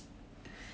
ya I guess